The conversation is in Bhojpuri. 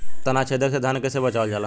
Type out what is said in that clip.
ताना छेदक से धान के कइसे बचावल जाला?